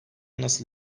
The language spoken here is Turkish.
nasıl